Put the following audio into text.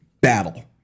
Battle